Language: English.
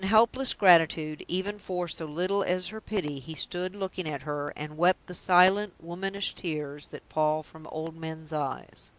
in helpless gratitude, even for so little as her pity, he stood looking at her, and wept the silent, womanish tears that fall from old men's eyes.